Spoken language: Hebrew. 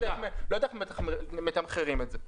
לא יודע איך מתמחרים את זה.